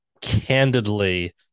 candidly